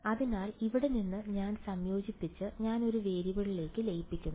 അതിനാൽ ഇവിടെ നിന്ന് ഞാൻ സംയോജിപ്പിച്ച് ഞാൻ ഒരു വേരിയബിളിലേക്ക് ലയിപ്പിക്കുന്നു